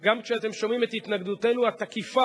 גם כשאתם שומעים את התנגדותנו התקיפה